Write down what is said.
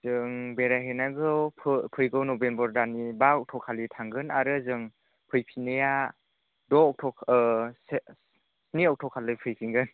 जों बेराय हैनांगौ फैगौ नभेम्बरनि बा अक्ट' खालि थांगोन आरो जों फैफिननाया द' अक्ट' स्नि अक्ट'खालि फैफिनगोन